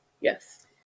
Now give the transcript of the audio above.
Yes